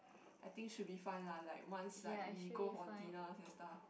I think should be fine lah like once like we go for dinners and stuff